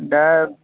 दा